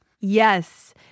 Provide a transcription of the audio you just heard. Yes